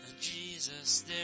Jesus